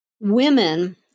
Women